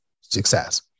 success